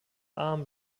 arm